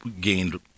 gained